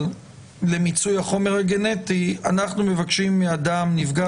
למיצוי החומר הגנטי אנחנו מבקשים מאדם נפגע